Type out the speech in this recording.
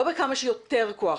לא בכמה שיותר כוח,